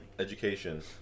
education